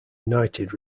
united